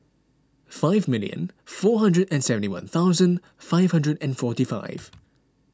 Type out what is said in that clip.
five million four hundred and seventy one thousand five hundred and forty five